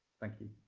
thank you.